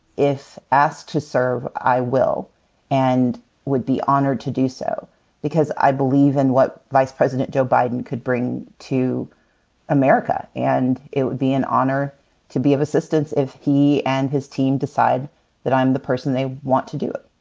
if asked to serve, i will and would be honored to do so because i believe in what vice president joe biden could bring to america. and it would be an honor to be of assistance if he and his team decide that i'm the person they want to do it.